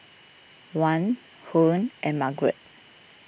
Dwan Huy and Margrett